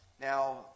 Now